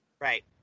Right